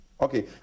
okay